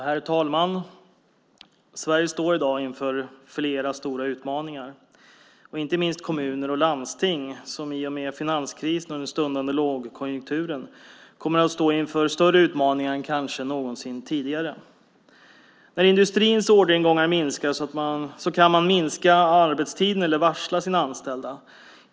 Herr talman! Sverige står i dag inför flera stora utmaningar. Det gäller inte minst kommuner och landsting, som i och med finanskrisen och den stundande lågkonjunkturen kommer att stå inför större utmaningar än kanske någonsin tidigare. När industrins orderingångar minskar kan man minska arbetstiden eller varsla sina anställda.